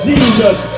Jesus